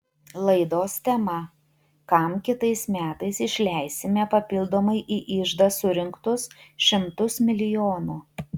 laidos tema kam kitais metais išleisime papildomai į iždą surinktus šimtus milijonų